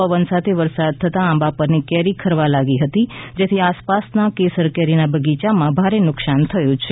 પવન સાથે વરસાદ થતાં આંબા પરની કેરી ખરવા લાગી હતી જેથી આસપાસના કેસર કેરીના બગીયામાં ભારે નુકસાન થયું છે